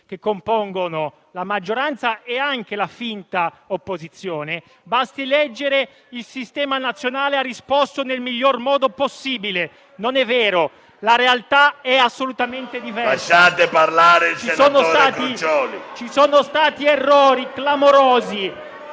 che compongono la maggioranza e anche la finta opposizione. Basti leggere che «il sistema nazionale ha risposto nel miglior modo possibile»: non è vero. La realtà è assolutamente diversa... *(Commenti).* PRESIDENTE.